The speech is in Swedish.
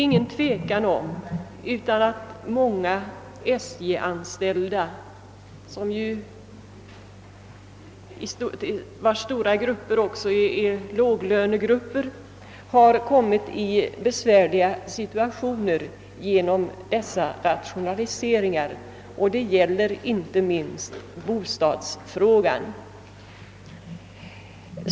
Många av SJ:s anställda tillhör låglönegrupperna, och det råder inget tvivel om att de råkat i besvärliga situationer genom dessa rationaliseringar, det gäller inte minst bostadsfrågan.